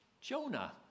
Jonah